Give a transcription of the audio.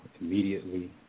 immediately